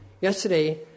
Yesterday